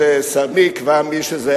מי יקבע מי שזה,